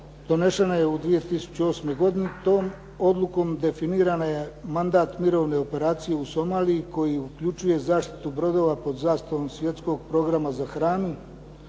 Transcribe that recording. donesena je u 2008. godini. Tom odlukom definiran je mandat mirovne operacije u Somaliji koji uključuje zaštitu brodova pod zastavom svjetskog programa za hranu,